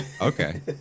Okay